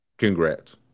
Congrats